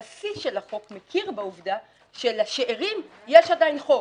הבסיס של החוק מכיר בעובדה שלשארים יש עדיין חוב.